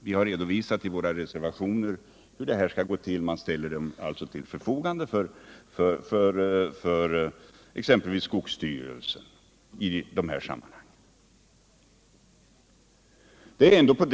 Vi har i våra reservationer redovisat hur det skall gå till. Man ställer medlen till förfogande för exempelvis skogsstyrelsen för detta ändamål.